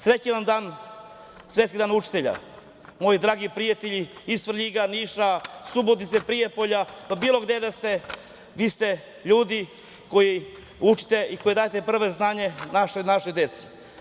Srećan vam Svetski dan učitelja, moji dragi prijatelji iz Svrljiga, Niša, Subotice, Prijepolja, bilo gde da ste, vi ste ljudi koji učite i koji dajete prva znanja našoj deci.